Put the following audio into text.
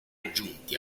aggiunti